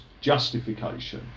justification